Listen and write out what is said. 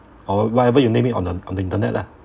or whatever you name it on uh on the internet lah